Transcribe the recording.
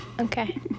okay